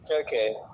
Okay